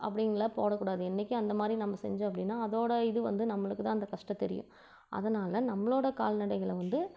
அப்படின்னுலாம் போடக்கூடாது என்றைக்கும் அந்த மாதிரி நம்ம செஞ்சோம் அப்படின்னா அதோடய இது வந்து நம்மளுக்கு தான் அந்த கஷ்டம் தெரியும் அதனால் நம்மளோடய கால்நடைகளை வந்து